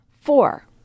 Four